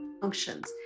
functions